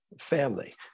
family